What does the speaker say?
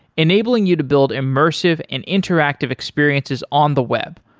enabling you to build immersive and interactive experiences on the web,